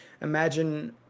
imagine